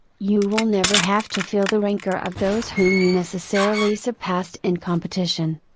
you will never have to feel the rancor of those whom you necessarily surpassed in competition.